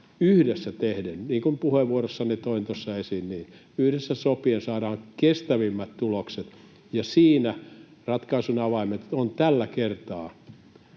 yhdessä tehden. Niin kuin puheenvuorossani toin tuossa esiin, yhdessä sopien saadaan kestävimmät tulokset, ja siinä ratkaisun avaimet ovat tällä kertaa